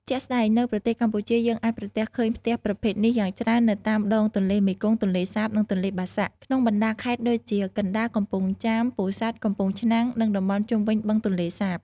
ជាក់ស្តែង នៅប្រទេសកម្ពុជា យើងអាចប្រទះឃើញផ្ទះប្រភេទនេះយ៉ាងច្រើននៅតាមដងទន្លេមេគង្គ ទន្លេសាប និងទន្លេបាសាក់ ក្នុងបណ្តាខេត្តដូចជា កណ្តាល កំពង់ចាម ពោធិ៍សាត់ កំពង់ឆ្នាំង និងតំបន់ជុំវិញ បឹងទន្លេសាប ។